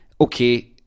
okay